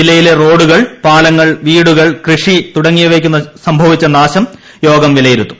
ജില്ലയിലെ റോഡുകൾ പാലങ്ങൾ വീടുകൾ കൃഷി തുടങ്ങിയവയ്ക്കു സംഭവിച്ച നാശം യോഗം വിലയിരുത്തും